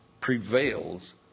prevails